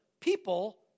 people